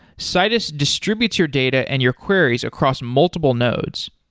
citus distributes your data and your queries across multiple nodes.